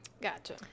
Gotcha